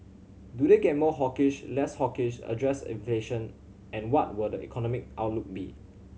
do they get more hawkish less hawkish address inflation and what will the economic outlook be